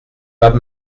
pas